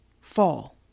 fall